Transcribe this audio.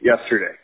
yesterday